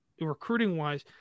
recruiting-wise